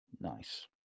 Nice